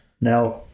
Now